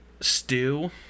stew